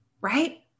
right